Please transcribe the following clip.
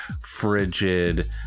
frigid